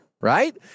Right